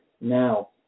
Now